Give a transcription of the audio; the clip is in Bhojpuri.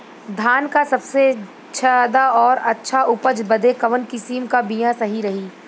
धान क सबसे ज्यादा और अच्छा उपज बदे कवन किसीम क बिया सही रही?